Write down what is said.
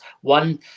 one